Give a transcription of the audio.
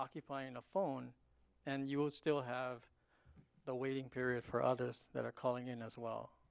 occupying a phone and you will still have the waiting period for others that are calling in as well